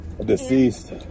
Deceased